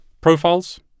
profiles